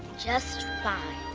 just fine.